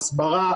הסברה,